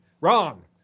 wrong